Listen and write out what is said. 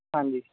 ਹਾਂਜੀ